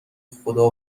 خدا